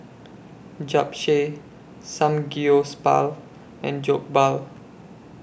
Japchae Samgyeopsal and Jokbal